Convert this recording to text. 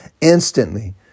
instantly